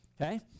Okay